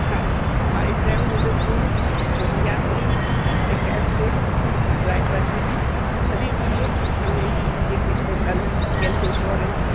हाँ सर हमारी travel agency में जो भी यात्री हमारे कैब से ड्राइव करते हैं उन सभी के लिए हमने एक स्पेशल हेल्थ इन्श्योरेन्स